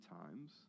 times